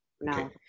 no